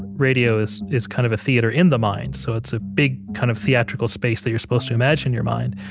radio is is kind of a theater in the mind, so it's a big kind of theatrical space that you're supposed to imagine in your mind.